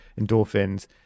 endorphins